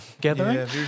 gathering